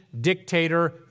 dictator